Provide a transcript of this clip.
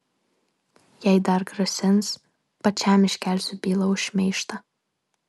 jei dar grasins pačiam iškelsiu bylą už šmeižtą